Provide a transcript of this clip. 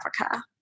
Africa